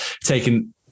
taking